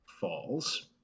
falls